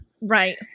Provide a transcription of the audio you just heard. Right